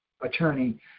attorney